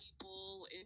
people